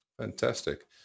Fantastic